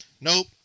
nope